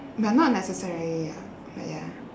but not necessarily ya but ya